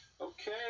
Okay